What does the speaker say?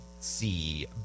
see